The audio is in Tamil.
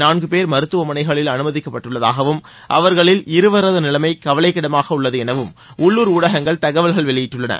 நான்கு பேர் மருத்துவமனைகளில் அனுமதிக்கப்பட்டுள்ளதாகவும் அவர்களில் இருவரது நிலை கவலைக்கிடமாக உள்ளது எனவும் உள்ளூர் ஊடகங்கள் தகவல் வெளியிட்டுள்ளன